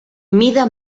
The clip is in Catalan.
mida